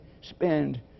spend